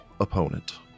opponent